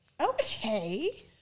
Okay